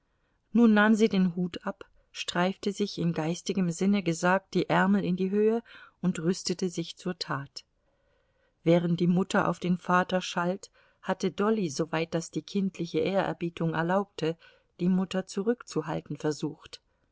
nun nahm sie den hut ab streifte sich in geistigem sinne gesagt die ärmel in die höhe und rüstete sich zur tat während die mutter auf den vater schalt hatte dolly soweit das die kindliche ehrerbietung erlaubte die mutter zurückzuhalten versucht